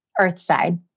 earthside